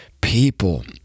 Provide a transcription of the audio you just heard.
people